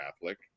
Catholic